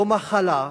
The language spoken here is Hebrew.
לא מחלה,